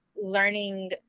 learning